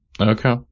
Okay